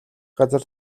газар